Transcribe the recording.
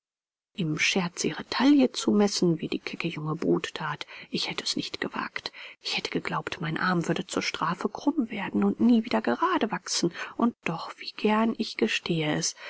im scherz ihre taille zu messen wie die kecke junge brut that ich hätte es nicht gewagt ich hätte geglaubt mein arm würde zur strafe krumm werden und nie wieder gerade wachsen und doch wie gern ich gestehe es